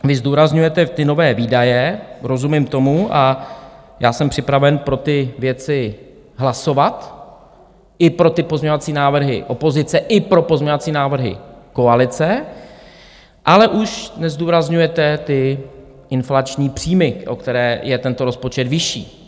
Vy zdůrazňujete ty nové výdaje, rozumím tomu, a já jsem připraven pro ty věci hlasovat, i pro pozměňovací návrhy opozice, i pro pozměňovací návrhy koalice, ale už nezdůrazňujete ty inflační příjmy, o které je tento rozpočet vyšší.